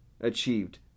achieved